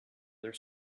their